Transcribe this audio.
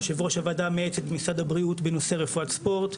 יושב-ראש הוועדה המייעצת במשרד הבריאות בנושא רפואת ספורט,